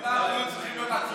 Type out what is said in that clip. כולם היו צריכים להיות עצורים.